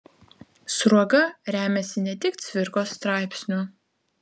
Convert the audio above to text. sruoga remiasi ne tik cvirkos straipsniu